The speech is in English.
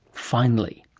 finally